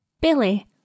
Billy